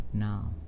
now